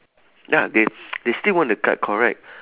ya they they still want the card correct